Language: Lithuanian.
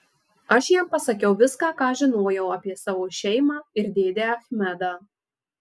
aš jam pasakiau viską ką žinojau apie savo šeimą ir dėdę achmedą